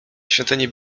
świątyni